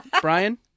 Brian